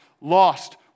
lost